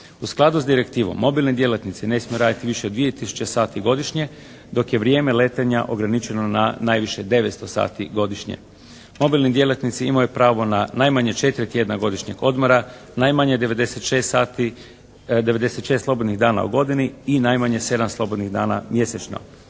U skladu s direktivom, mobilni djelatnici ne smiju raditi više od 2 tisuće sati godišnje, dok je vrijeme letenja ograničeno na najviše 900 sati godišnje. Mobilni djelatnici imaju pravo na najmanje četiri tjedna godišnjeg odmora, najmanje 96 sati, 96 slobodnih dana u godini i najmanje 7 slobodnih dana mjesečno.